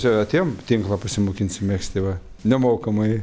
čia atėjom tinklą pasimokinsim megsti va nemokamai